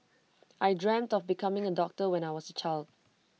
I dreamt of becoming A doctor when I was A child